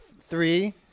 three